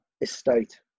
estate